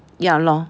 ya lor